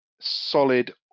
solid